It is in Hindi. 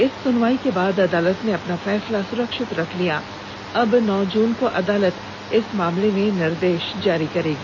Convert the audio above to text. इस सुनवाई के बाद अदालत ने अपना फैसला सुरक्षित रख लिया अब नौ जून को अदालत इस मामले में निर्देश जारी करेगी